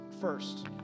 first